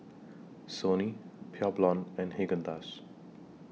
Sony Pure Blonde and Haagen Dazs